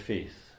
Faith